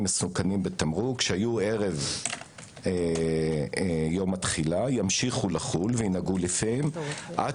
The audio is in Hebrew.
מסוכנים בתמרוק שהיו ערב יום התחילה ימשיכו לחול וינהגו לפיהם עד